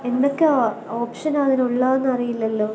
എന്തൊക്കെ ഓപ്ഷനാണ് അതിനുള്ളതെന്ന് അറിയില്ലല്ലോ